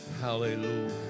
Hallelujah